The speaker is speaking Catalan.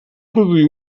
produir